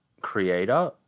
creator